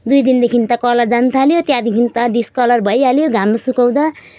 दुई दिनदेखिन् त कलर जानुथाल्यो त्यहाँदेखिन् त डिस्कलर भइहाल्यो घाममा सुकाउँदा